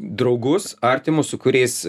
draugus artimus su kuriais